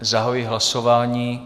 Zahajuji hlasování.